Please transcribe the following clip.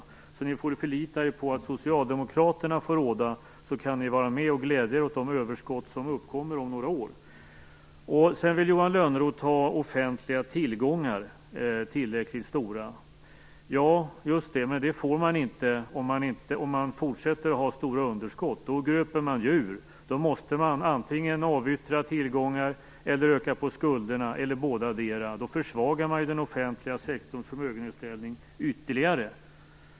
Vänsterpartisterna får i stället förlita sig på att Socialdemokraterna får råda, så att de kan vara och glädja sig åt de överskott som uppkommer om några år. Johan Lönnroth vill ha tillräckligt stora offentliga tillgångar. Ja, just det - men det får man inte om man fortsätter att ha stora underskott. Då gröper man i stället ur, och måste antingen avyttra tillgångar, öka på skulderna eller bådadera. Då försvagar man den offentliga sektorns förmögenhetsställning ytterligare.